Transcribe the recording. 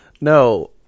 No